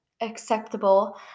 acceptable